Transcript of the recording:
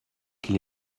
qu’il